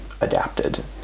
adapted